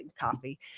coffee